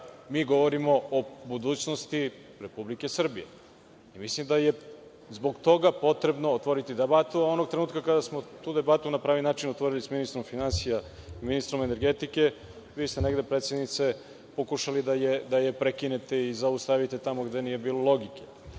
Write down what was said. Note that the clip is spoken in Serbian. mi govorimo o budućnosti Republike Srbije. Mislim da je, zbog toga, potrebno otvoriti debatu onog trenutka kada smo tu debatu na pravi načini otvorili s ministrom finansija i ministrom energetike, vi ste negde, predsednice, pokušali da je prekinete i zaustavite tamo gde nije bilo logike. Dakle,